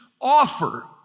offer